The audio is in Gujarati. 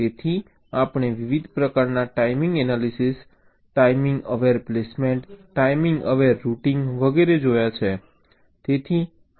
તેથી આપણે વિવિધ પ્રકારના timing analysis timing aware placement timing aware routing વગેરે જોયા છે